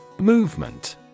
Movement